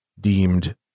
deemed